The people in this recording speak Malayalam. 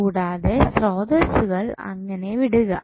കൂടാതെ സ്രോതസ്സുകൾ അങ്ങനെ വിടുക